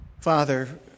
Father